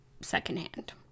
secondhand